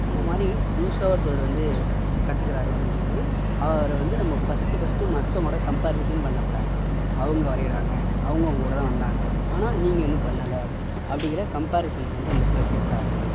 அந்த மாதிரி புதுசா ஒருத்தவர் வந்து கற்றுக்கறாரு அப்டிங்கும் போது அவரை வந்து நம்ம ஃபர்ஸ்ட்டு ஃபர்ஸ்ட்டு மத்தவங்கூட கம்பேரிசன் பண்ணக்கூடாது அவங்க வரையறாங்க அவங்க உங்கக்கூட தான் வந்தாங்க ஆனால் நீங்கள் இன்னும் பண்ணலை அப்படிங்கிற கம்பேரிசன் நம்ம வந்து அந்த இடத்துல வைக்கக்கூடாது